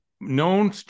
known